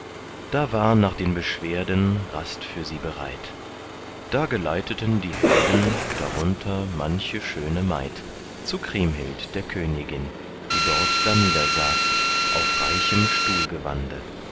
da war nach den beschwerden rast für sie bereit da geleiteten die helden darunter manche schöne maid zu kriemhild der königin die dort danieder saß auf reichem